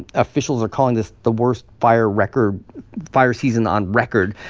officials are calling this the worst fire record fire season on record.